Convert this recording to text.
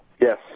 Yes